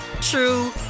true